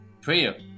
Prayer